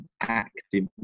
active